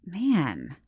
man